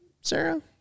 Sarah